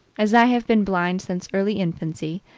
as i have been blind since early infancy,